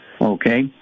Okay